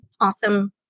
awesome